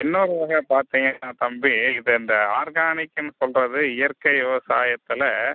இன்னொரு வகை பார்த்தீங்கனா தம்பி இப்போ இந்த ஆர்கானிக்குனு சொல்கிறது இயற்கை விவசாயத்தில்